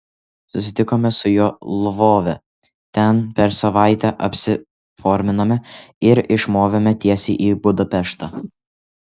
susitikome su juo lvove ten per savaitę apsiforminome ir išmovėme tiesiai į budapeštą